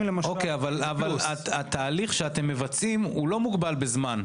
אבל התהליך שאתם מבצעים הוא לא מוגבל בזמן.